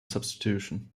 substitution